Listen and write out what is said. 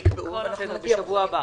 תקבעו דיון ונביא.